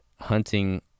hunting